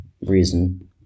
reason